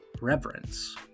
reverence